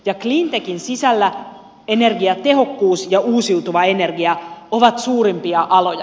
cleantechin sisällä energiatehokkuus ja uusiutuva energia ovat suurimpia aloja